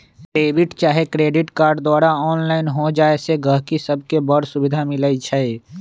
debit चाहे credit card द्वारा online हो जाय से गहकि सभके बड़ सुभिधा मिलइ छै